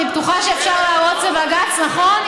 אני בטוחה שאפשר לרוץ לבג"ץ, נכון?